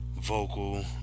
vocal